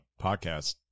podcast